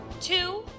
two